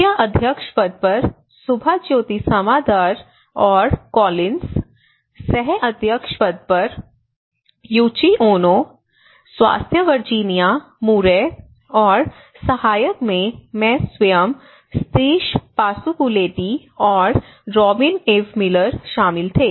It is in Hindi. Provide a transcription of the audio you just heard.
मुख्य अध्यक्ष पद पर सुभाज्योति समादर और कोलिन्स सह अध्यक्ष पद पर यूची ओनो स्वास्थ्य वर्जीनिया मुरै औरसहायक में मैं स्वयं सतेश पासुपुलेटी और रॉबिन ईव मिलर शामिल थे